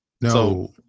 No